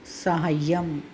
सहाय्यम्